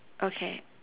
okay